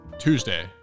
Tuesday